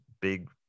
big